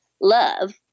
love